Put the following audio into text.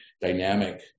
dynamic